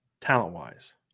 Talent-wise